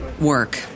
work